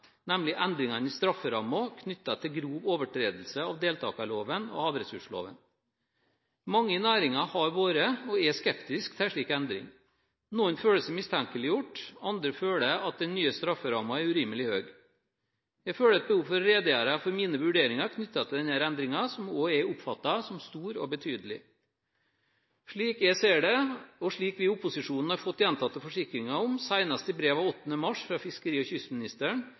nemlig endringene i strafferammen knyttet til grov overtredelse av deltakerloven og havressursloven. Mange i næringen har vært – og er – skeptiske til en slik endring. Noen føler seg mistenkeliggjort, andre føler at den nye strafferammen er urimelig økt. Jeg føler et behov for å redegjøre for mine vurderinger knyttet til denne endringen, som jeg oppfatter som stor og betydelig. Slik jeg ser det, og slik vi i opposisjonen har fått gjentatte forsikringer om – senest i brev av 8. mars fra fiskeri- og kystministeren